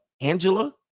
Angela